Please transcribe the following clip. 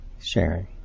sharing